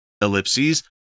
ellipses